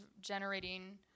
generating